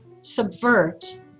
subvert